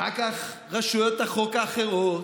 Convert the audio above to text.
אחר כך רשויות החוק האחרות,